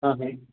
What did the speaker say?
हां नाही